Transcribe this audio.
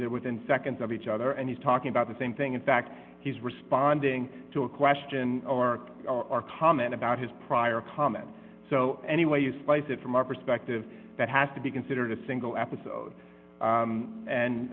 there within seconds of each other and he's talking about the same thing in fact he's responding to a question or our comment about his prior comment so anyway you slice it from our perspective that has to be considered a single episode